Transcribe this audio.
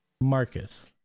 marcus